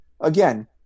again